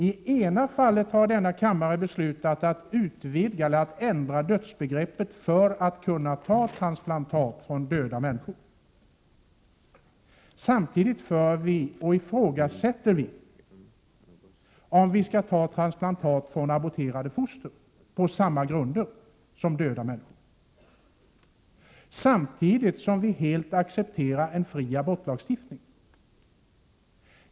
I ena fallet har denna kammare beslutat att utvidga och ändra dödsbegreppet för att kunna ta transplantat från döda människor. Samtidigt ifrågasätter vi om man skall få ta transplantat från aborterade foster på samma grunder som från döda människor, under det att vi helt accepterar en fri abortlagstiftning.